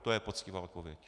To je poctivá odpověď.